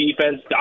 defense